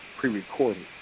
pre-recorded